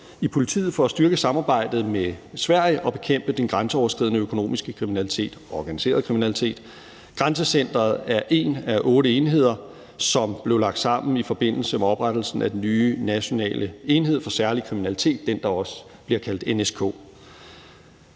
i politiet for at styrke samarbejdet med Sverige og bekæmpe den grænseoverskridende økonomiske kriminalitet og organiserede kriminalitet. Grænsecenteret er en af otte enheder, som blev lagt sammen i forbindelse med oprettelsen af den nye nationale enhed for særlig kriminalitet – den, der også bliver kaldt NSK.